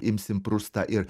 imsim prustą ir